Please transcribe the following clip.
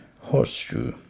horseshoe